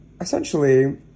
Essentially